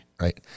Right